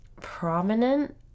prominent